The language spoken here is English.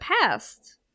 past